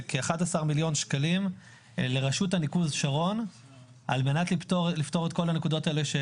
כ-11 מיליון שקלים לרשות הניקוז שרון כדי לפתור את כל הנקודות האלה.